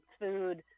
food